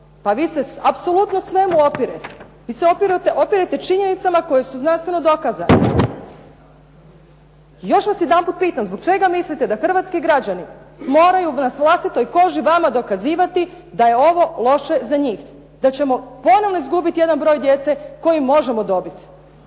Pa vi se apsolutno svemu opirete. Vi se opirete činjenicama koje su znanstveno dokazane. Još vas jedanput pitam zbog čega mislite da hrvatski građani moraju na vlastitoj koži vama dokazivati da je ovo loše za njih? Da ćemo ponovno izgubiti jedan broj djece koju možemo dobiti.